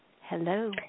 Hello